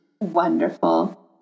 Wonderful